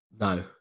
No